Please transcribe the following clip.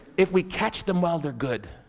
if we catch the mother, good.